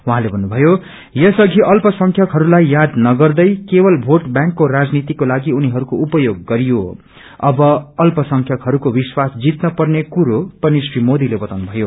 उहाँले भन्नुभ्वयो यस अवि अल्प संख्यकहरूलाई याद नगदै केवल वोट बैंकको राजनीति को लागि उनीहरूको उपयोग गरियो अब अल्पसंख्यकहरूको विश्वास जित्न पन्ने कुरो पनि श्री मोदीले बताउनुमयो